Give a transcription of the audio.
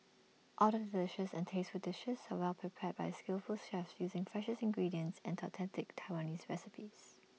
all the delicious and tasteful dishes are well prepared by skillful chefs using freshest ingredients and authentic Taiwanese recipes